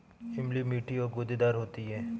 इमली मीठी और गूदेदार होती है